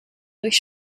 durch